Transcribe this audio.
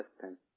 system